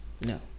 no